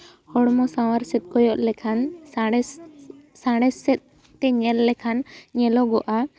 ᱦᱚᱲᱢᱚ ᱥᱟᱶᱟᱨ ᱥᱮᱫ ᱠᱚᱭᱚᱜ ᱞᱮᱠᱷᱟᱱ ᱥᱟᱬᱮᱥ ᱥᱮᱜ ᱥᱟᱬᱮᱥ ᱥᱮᱫᱛᱮ ᱧᱮᱞ ᱞᱮᱠᱷᱟᱱ ᱧᱮᱞᱚᱜᱚᱜᱼᱟ